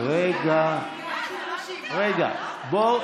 רגע, רגע, רגע.